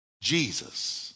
Jesus